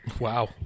Wow